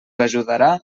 ajudarà